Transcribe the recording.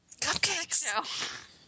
Cupcakes